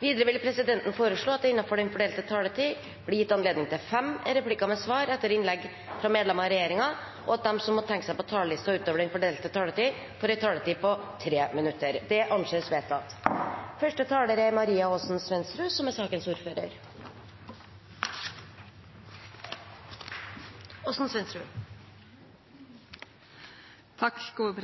Videre vil presidenten foreslå at det – innenfor den fordelte taletid – blir gitt anledning til inntil tre replikker med svar etter innlegg fra medlemmer av regjeringen, og at de som måtte tegne seg på talerlisten utover den fordelte taletid, får en taletid på inntil 3 minutter. – Det anses vedtatt.